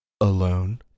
Alone